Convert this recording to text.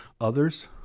others